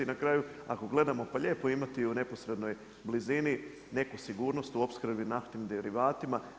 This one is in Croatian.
I na kraju ako gledamo pa lijepo je imati u neposrednoj blizini neku sigurnost u opskrbi naftnim derivatima.